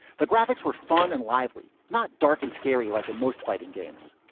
the graphics were fun and lively, not dark and scary, like and most fighting games.